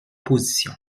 position